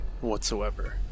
whatsoever